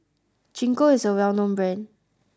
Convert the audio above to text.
gingko is a well known brand